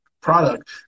product